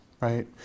right